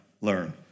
learn